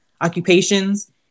occupations